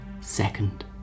second